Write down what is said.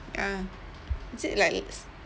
ah is it like